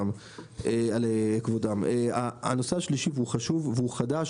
הוא חדש,